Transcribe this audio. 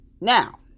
Now